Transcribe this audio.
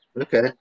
Okay